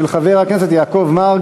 התשע"ג 2013, של חבר הכנסת מרגי.